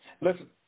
Listen